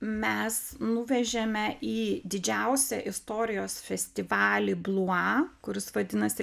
mes nuvežėme į didžiausią istorijos festivalį blua kuris vadinasi